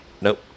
Nope